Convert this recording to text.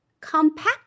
compact